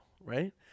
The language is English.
right